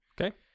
Okay